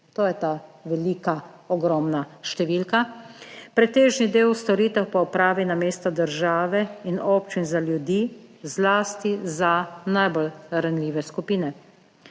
to je ta velika, ogromna številka. Pretežni del storitev pa opravi namesto države in občin za ljudi, zlasti za najbolj ranljive skupine.